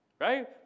Right